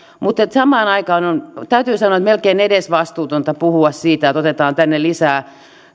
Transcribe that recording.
mutta samaan aikaan täytyy sanoa että on melkein edesvastuutonta puhua siitä että otetaan tänne lisää